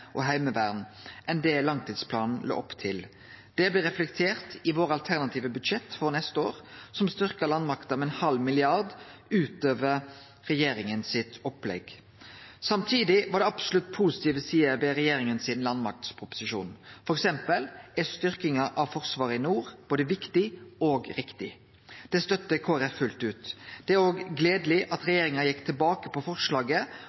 og heimevern enn det langtidsplanen la opp til. Det blir reflektert i vårt alternative budsjett for neste år, som styrkjer landmakta med ein halv milliard utover regjeringa sitt opplegg. Samtidig var det absolutt positive sider ved regjeringa sin landmaktproposisjon. For eksempel er styrkinga av Forsvaret i nord både viktig og riktig. Det støttar Kristeleg Folkeparti fullt ut. Det er òg gledeleg at regjeringa gjekk tilbake på forslaget